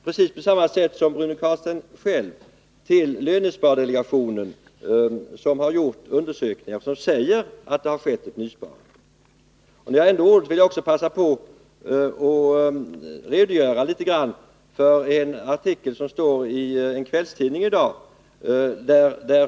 Precis på samma sätt som Rune Carlstein själv gjorde hänvisar jag till lönspardelega tionen, som har gjort undersökningar som visar att det har skett ett nysparande. När jag ändå har ordet, vill jag passa på att redogöra litet för en artikel i en kvällstidning i dag.